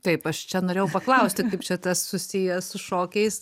taip aš čia norėjau paklausti kaip čia tas susiję su šokiais